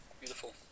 beautiful